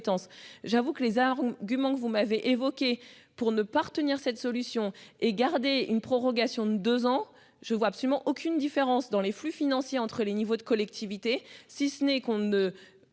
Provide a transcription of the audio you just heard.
J'avoue que les armes du manque, vous m'avez évoqué pour ne pas retenir cette solution et garder une prorogation de 2 ans je vois absolument aucune différence dans les flux financiers entre les niveaux de collectivités, si ce n'est qu'on ne,